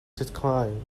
disclaiming